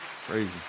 Crazy